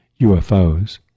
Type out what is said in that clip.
UFOs